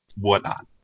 whatnot